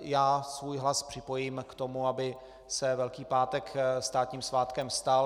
já svůj hlas připojím k tomu, aby se Velký pátek státním svátkem stal.